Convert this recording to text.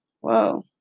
Whoa